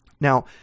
Now